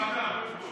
בוועדה.